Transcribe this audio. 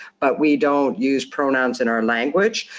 but we don't use pronouns in our language.